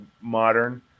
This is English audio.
modern